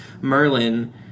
Merlin